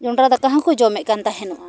ᱡᱚᱸᱰᱟᱨᱟ ᱫᱟᱠᱟ ᱦᱚᱸᱠᱚ ᱡᱚᱢᱮᱫ ᱠᱟᱱ ᱛᱟᱦᱮᱱᱚᱜᱼᱟ